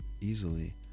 easily